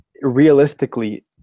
realistically